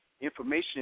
information